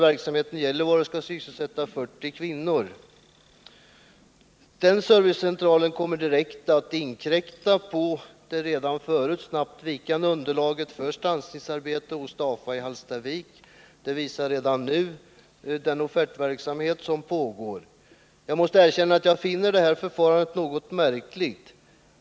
Verksamheten i Gällivare skall sysselsätta 40 kvinnor. Denna servicecentral kommer direkt att inkräkta på det redan förut snabbt vikande underlaget för stansningsarbete hos DAFA i Hallstavik. Det kan man redan nu se av den pågående offertverksamheten. Jag måste erkänna att jag finner detta förfarande något märkligt.